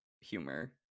humor